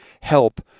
help